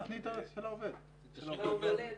הוא יעלה.